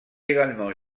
également